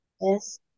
Yes